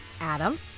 Adam